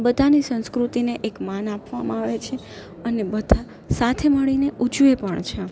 બધાની સંસ્કૃતિને એક માન આપવામાં આવે છે અને બધા સાથે મળીને ઉજવે પણ છે